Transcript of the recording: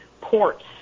ports